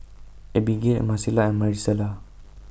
Abigail Marcela and Marisela